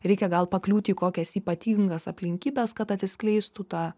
reikia gal pakliūti į kokias ypatingas aplinkybes kad atsiskleistų ta